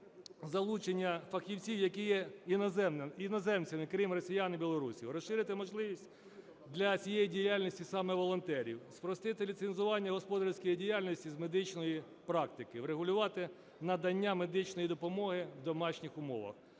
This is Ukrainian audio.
залучення фахівців, які є іноземцями, крім росіян і білорусів. Розширити можливість для цієї діяльності саме волонтерів. Спростити ліцензування господарської діяльності з медичної практики. Врегулювати надання медичної допомоги в домашніх умовах.